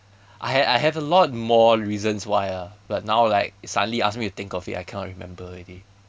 I I have a lot more reasons why ah but now like suddenly ask me to think of it I cannot remember already